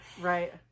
right